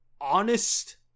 honest